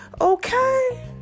Okay